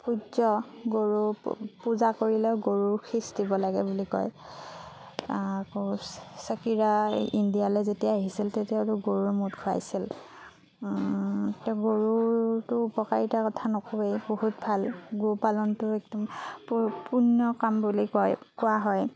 সূৰ্য গৰুৰ পূজা কৰিলে গৰুৰ খিচ দিব লাগে বুলি কয় আকৌ চাকিৰা ইণ্ডিয়ালৈ যেতিয়া আহিছিল তেতিয়াতো গৰুৰ মূত খোৱাইছিল ত' গৰুৰতো উপকাৰিতাৰ কথা নকওঁৱে বহুত ভাল গো পালনতো একদম পূণ্যৰ কাম বুলি কয় কোৱা হয়